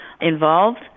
involved